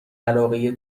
علاقه